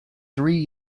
three